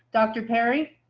dr. perry.